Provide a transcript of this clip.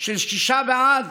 של שישה בעד,